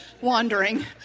wandering